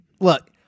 look